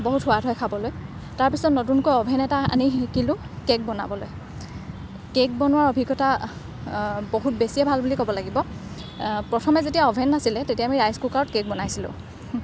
বহুত সোৱাদ হয় খাবলৈ তাৰপিছত নতুনকৈ অ'ভেন এটা আনি শিকিলোঁঁ কে'ক বনাবলৈ কে'ক বনোৱাৰ অভিজ্ঞতা বহুত বেছিয়ে ভাল বুলি ক'ব লাগিব প্ৰথমে যেতিয়া অ'ভেন নাছিলে তেতিয়া আমি ৰাইচ কুকাৰত কে'ক বনাইছিলোঁ